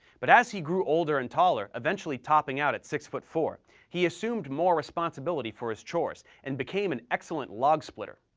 but as he grew older and taller, eventually topping out at six foot four, he assumed more responsibility for his chores and became an excellent log splitter.